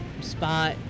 spot